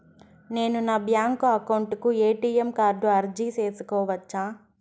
నేను నా bank account కు ఎ.టి.ఎం కార్డు అర్జీ సేసుకోవచ్చా?